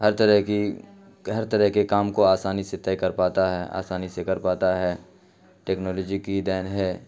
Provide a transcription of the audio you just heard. ہر طرح کی ہر طرح کے کام کو آسانی سے طے کر پاتا ہے آسانی سے کر پاتا ہے ٹیکنالوجی کی ہی دین ہے